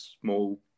small